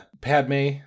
Padme